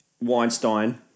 Weinstein